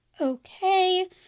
okay